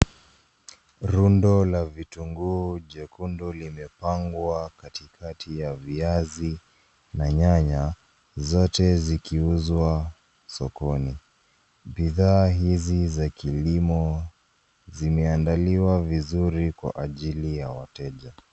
Rundo la vitunguu jekundu limepangwa katikati ya viazi na nyanya, zote zikiuzwa sokoni. Bidhaa hizi za kilimo zimeandaliwa vizuri kwa ajili ya wateja.